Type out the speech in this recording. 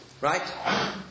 Right